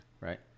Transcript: Right